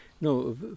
No